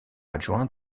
adjoint